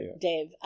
Dave